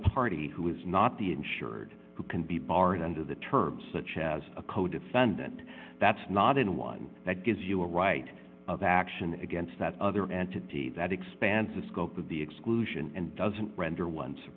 party who is not the insured who can be barred under the terms such as a codefendant that's not in one that gives you a right of action against that other entity that expands the scope of the exclusion and doesn't render on